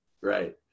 Right